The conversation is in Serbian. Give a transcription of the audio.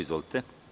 Izvolite.